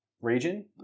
region